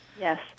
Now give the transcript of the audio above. Yes